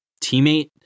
teammate